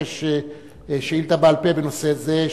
לבקש שאילתא בעל-פה בנושא זה,